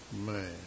Man